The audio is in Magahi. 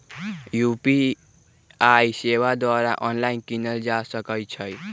यू.पी.आई सेवा द्वारा ऑनलाइन कीनल जा सकइ छइ